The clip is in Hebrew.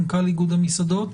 מנכ"ל איגוד המסעדות?